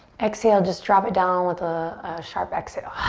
exhale, just drop it down with a a sharp exhale.